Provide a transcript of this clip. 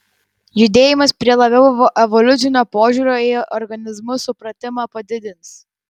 judėjimas prie labiau evoliucinio požiūrio į organizmus supratimą padidins